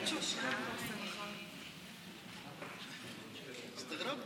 גברתי היושבת-ראש, חבריי